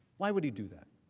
why would he do that?